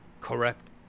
Correct